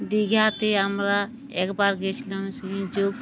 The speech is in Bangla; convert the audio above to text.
দীঘাতে আমরা একবার গিয়েছিলাম সুরির যোগ